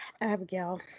Abigail